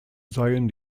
seien